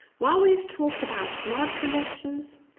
while we've talked about smart collections,